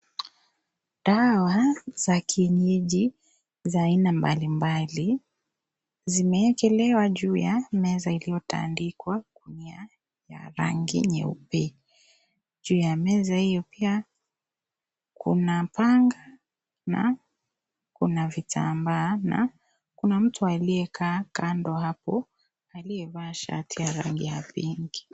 Dawa za kienyeji za aina mbalimbali zimeekelewa juu ya meza iliyotandikwa na ngunia ya rangi nyeupe . Juu ya meza hiyo pia kuna panga na kuna vitambaa na kuna mtu aliyekaa kando hapo aliyevaa shati ya rangi ya pinki.